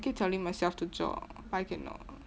I keep telling myself to jog but I cannot